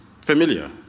familiar